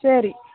சரி